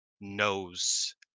knows